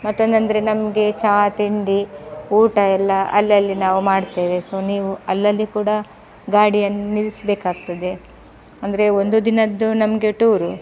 ಮತ್ತೊಂದಂದರೆ ನಮಗೆ ಚಹಾ ತಿಂಡಿ ಊಟ ಎಲ್ಲ ಅಲ್ಲಲ್ಲಿ ನಾವು ಮಾಡ್ತೇವೆ ಸೊ ನೀವು ಅಲ್ಲಲ್ಲಿ ಕೂಡ ಗಾಡಿಯನ್ನು ನಿಲ್ಸ್ಬೇಕಾಗ್ತದೆ ಅಂದರೆ ಒಂದು ದಿನದ್ದು ನಮಗೆ ಟೂರು